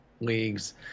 leagues